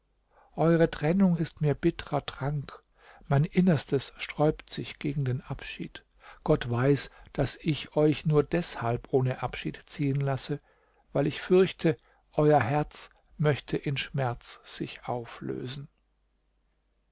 eure trennung ist mir ein bittrer trank mein innerstes sträubt sich gegen den abschied gott weiß daß ich euch nur deshalb ohne abschied ziehen lasse weil ich fürchte euer herz möchte in schmerz sich auflösen